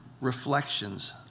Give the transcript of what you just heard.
reflections